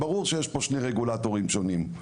ברור שיש פה שני רגולטורים שונים.